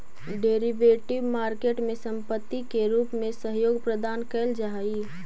derivative market में संपत्ति के रूप में सहयोग प्रदान कैल जा हइ